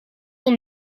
door